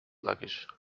luggage